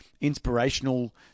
inspirational